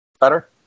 Better